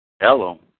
Hello